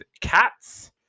cats